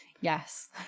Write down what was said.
Yes